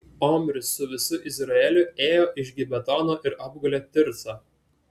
omris su visu izraeliu ėjo iš gibetono ir apgulė tircą